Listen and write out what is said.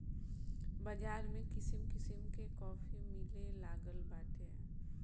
बाज़ार में किसिम किसिम के काफी मिलेलागल बाटे